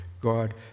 God